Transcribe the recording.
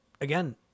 again